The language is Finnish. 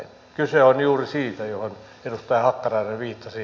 kyse on juuri siitä mihin edustaja hakkarainen viittasi